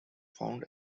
found